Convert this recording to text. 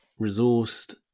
resourced